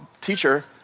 Teacher